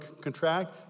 contract